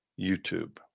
YouTube